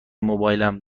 موبایلم